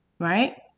Right